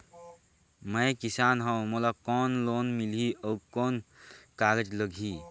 मैं किसान हव मोला कौन लोन मिलही? अउ कौन कागज लगही?